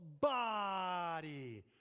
body